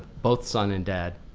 both son and dad.